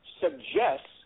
suggests